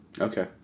okay